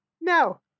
No